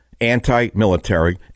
anti-military